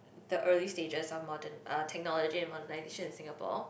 the early stages of modern uh technology and modernisation in Singapore